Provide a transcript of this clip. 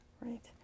Right